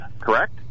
Correct